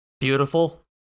beautiful